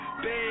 baby